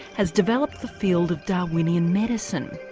has developed the field of darwinian medicine.